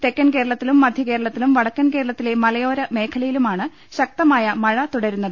തെക്കൻ കേരളത്തിലും മധ്യകേരളത്തിലും വടക്കൻ കേരളത്തിലെ മലയോരമേഖലയിലു മാണ് ശക്തമായ മഴ തുടരുന്നത്